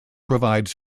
provides